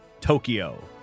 Tokyo